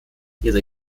ihre